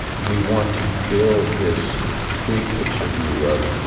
we want to build this big picture view of,